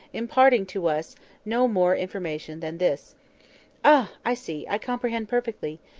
imparting to us no more information than this ah! i see i comprehend perfectly.